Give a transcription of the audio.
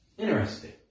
Interesting